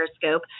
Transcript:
Periscope